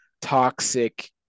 toxic